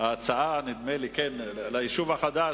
נדמה לי שההצעה ליישוב החדש,